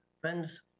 Friends